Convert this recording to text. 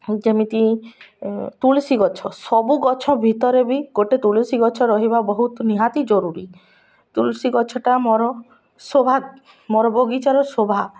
ଯେମିତି ତୁଳସୀ ଗଛ ସବୁ ଗଛ ଭିତରେ ବି ଗୋଟେ ତୁଳସୀ ଗଛ ରହିବା ବହୁତ ନିହାତି ଜରୁରୀ ତୁଳସୀ ଗଛଟା ମୋର ଶୋଭା ମୋର ବଗିଚାର ଶୋଭା